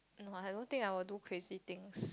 no I don't think I will do crazy things